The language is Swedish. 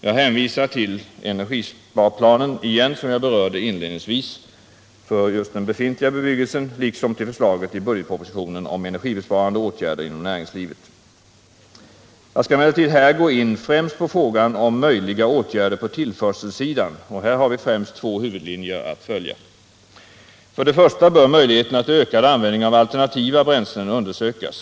Jag hänvisar återigen till energisparplanen för befintlig bebyggelse, som jag nämnde inledningsvis, liksom till förslagen i budgetpropositionen om energibesparande åtgärder inom näringslivet. Jag skall emellertid här gå in främst på frågan om möjliga åtgärder på tillförselsidan. Här har vi främst två huvudlinjer att följa. Den första är att möjligheterna till ökad användning av alternativa bränslen bör undersökas.